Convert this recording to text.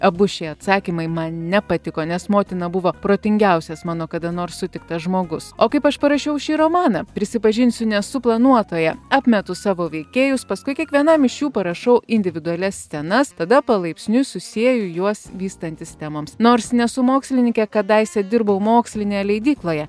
abu šie atsakymai man nepatiko nes motina buvo protingiausias mano kada nors sutiktas žmogus o kaip aš parašiau šį romaną prisipažinsiu nesu planuotoja apmetu savo veikėjus paskui kiekvienam iš jų parašau individualias scenas tada palaipsniui susieju juos vystantis temoms nors nesu mokslininkė kadaise dirbau mokslinėje leidykloje